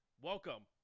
welcome